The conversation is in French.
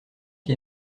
qui